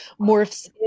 morphs